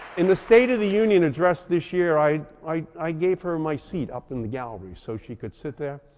in the state of the union address this year, i i gave her my seat up in the gallery so she could sit there,